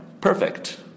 Perfect